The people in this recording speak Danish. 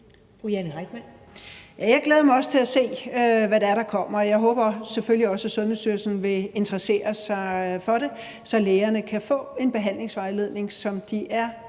Jeg glæder mig også til at se, hvad det er, der kommer, og jeg håber selvfølgelig også, at Sundhedsstyrelsen vil interessere sig for det, så lægerne kan få en behandlingsvejledning, som de er